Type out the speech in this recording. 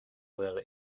will